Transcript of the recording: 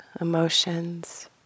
emotions